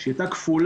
שהיא היתה כפולה.